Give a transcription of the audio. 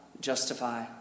justify